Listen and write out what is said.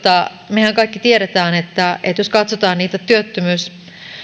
mehän kaikki tiedämme että jos katsotaan niitä